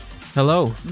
Hello